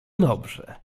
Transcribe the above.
dobrze